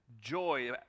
joy